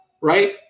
right